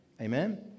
Amen